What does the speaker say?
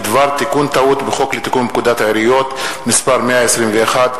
בדבר תיקון טעות בחוק לתיקון פקודת העיריות (מס' 121),